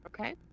okay